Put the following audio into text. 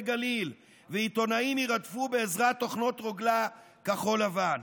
גליל ועיתונאים יירדפו בעזרת תוכנות רוגלה כחול-לבן.